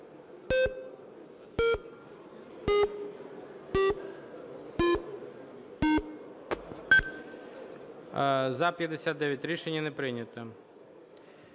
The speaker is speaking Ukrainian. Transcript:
Дякую. Рішення не прийнято.